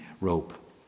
rope